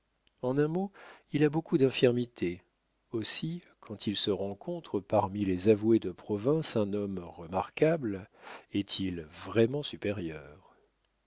en un mot il a beaucoup d'infirmités aussi quand il se rencontre parmi les avoués de province un homme remarquable est-il vraiment supérieur